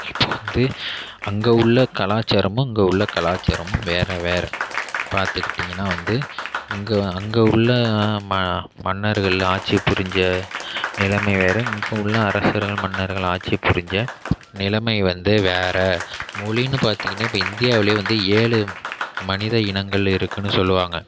இப்போது வந்து அங்கே உள்ள கலாச்சாரமும் இங்கே உள்ள கலாச்சாரமும் வேறு வேறு பார்த்துக்கிட்டிங்ன்னா வந்து இங்கே அங்கே உள்ள ம மன்னர்கள் ஆட்சி புரிஞ்ச நிலைமை வேறு இங்கே உள்ள அரச மன்னர்கள் ஆட்சி புரிஞ்ச நிலைமை வந்து வேறு மொழின்னு பார்த்திங்கன்னா இப்போ இந்தியாவிலையே வந்து ஏழு மனித இனங்கள் இருக்குதுன்னு சொல்லுவாங்க